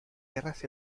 guerras